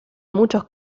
muchos